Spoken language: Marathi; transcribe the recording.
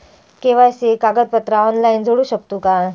के.वाय.सी कागदपत्रा ऑनलाइन जोडू शकतू का?